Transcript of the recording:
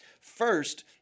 First